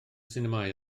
sinemâu